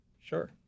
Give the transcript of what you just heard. Sure